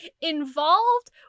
involved